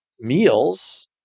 meals